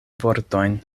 vortojn